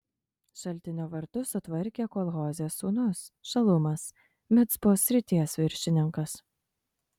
šaltinio vartus sutvarkė kol hozės sūnus šalumas micpos srities viršininkas